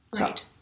Right